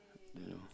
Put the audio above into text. don't know